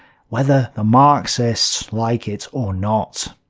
whether the marxists like it or not.